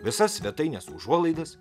visas svetainės užuolaidas